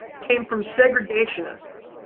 came from segregationists,